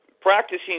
practicing